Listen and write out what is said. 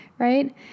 right